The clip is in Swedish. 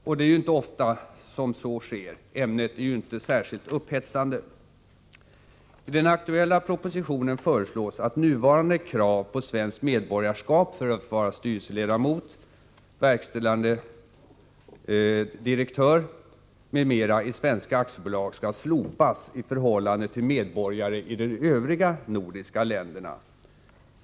Och det är inte så ofta som så sker. Ämnet är ju inte så upphetsande. I den aktuella propositionen föreslås att nuvarande krav på svenskt medborgarskap för att vara styrelseledamot, verkställande direktör m.m. i svenska aktiebolag skall slopas i förhållande till medborgare i de övriga nordiska länderna.